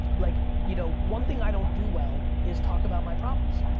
like you know, one thing i don't do well is talk about my problems.